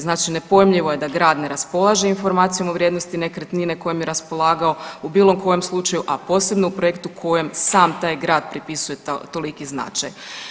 Znači nepojmljivo je da grad ne raspolaže informacijama o vrijednosti nekretnine kojim je raspolagao u bilo kojem slučaju, a posebno u projektu kojem sam taj grad pripisuje toliki značaj.